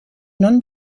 non